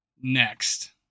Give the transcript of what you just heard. next